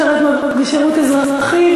לשרת שירות אזרחי,